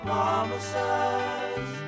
promises